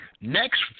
next